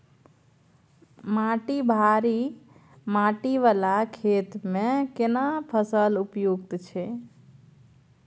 माटी भारी माटी वाला खेत में केना फसल उपयुक्त छैय?